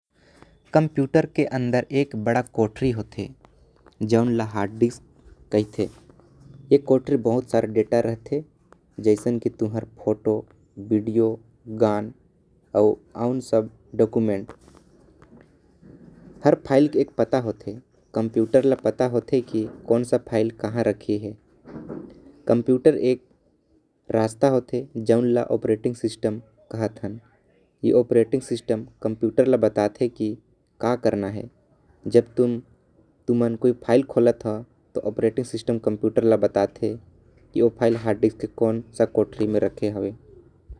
कंप्यूटर के अंदर एक बड़ा कोठरी होते जोनल हार्ड डिस्क कहते। ए कोठरी बहुत सारा डेटा रहते जैसन की तहर फोटो वीडियो गाना आऊ। सब डॉक्यूमेंट हर फाइल के पाता होते कंप्यूटर ल पता होते। की कौन स फाइल कहा रखे हे कंप्यूटर एक रास्ता होते। जिला ऑपरेटिंग सिस्टम कहत हन ए ऑपरेटिंग सिस्टम कंप्यूटर ल बताते। की का करना हे जब तुमन कोई फाइल खोलत ह त। ऑपरेटिंग सिस्टम कंप्यूटर ल बताते। की फाइल हार्ड डिस्क के कोन से कोठरी में हैवे।